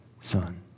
son